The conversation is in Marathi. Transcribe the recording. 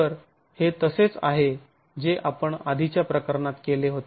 तर हे तसेच आहे जे आपण आधीच्या प्रकरणात केले होते